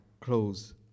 close